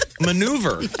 maneuver